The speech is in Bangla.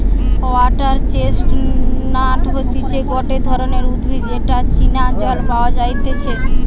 ওয়াটার চেস্টনাট হতিছে গটে ধরণের উদ্ভিদ যেটা চীনা জল পাওয়া যাইতেছে